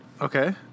Okay